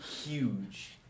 Huge